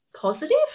positive